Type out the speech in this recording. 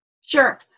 Sure